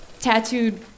tattooed